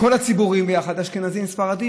כל הציבורים יחד: אשכנזים, ספרדים.